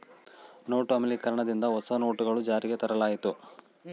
note ಅಮಾನ್ಯೀಕರಣ ದಿಂದ ಹೊಸ ನೋಟುಗಳು ಜಾರಿಗೆ ತರಲಾಯಿತು